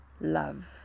Love